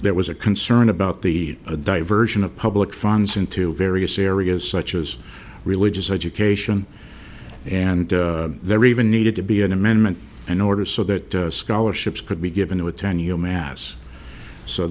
there was a concern about the a diversion of public funds into various areas such as religious education and there even needed to be an amendment in order so that scholarships could be given it would turn you mass so